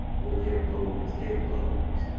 o, their bones, their bones!